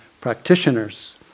practitioners